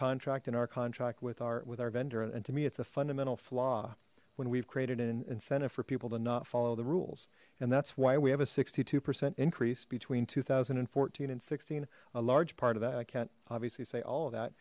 contract in our contract with our with our vendor and to me it's a fundamental flaw when we've created an incentive for people to not follow the rules and that's why we have a sixty two percent increase between two thousand and fourteen and sixteen a large part of that i can't obviously say all of that